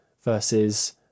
versus